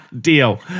Deal